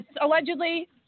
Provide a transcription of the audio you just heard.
allegedly